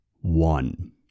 one